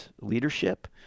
leadership